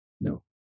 No